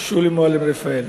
שולי מועלם-רפאלי.